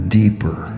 deeper